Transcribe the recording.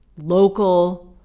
local